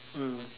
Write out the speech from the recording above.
mm